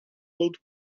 pulled